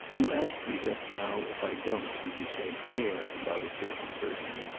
you asked me just now if i don't, as you said, care about a certain person.